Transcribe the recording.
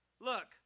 Look